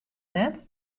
net